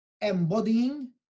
embodying